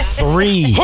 three